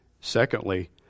Secondly